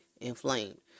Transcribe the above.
inflamed